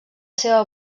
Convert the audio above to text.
seva